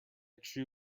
true